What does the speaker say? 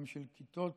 גם של כיתות